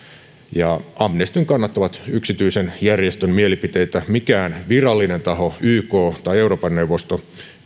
amnestyn kannat ovat yksityisen järjestön mielipiteitä mikään virallinen taho yk tai euroopan neuvosto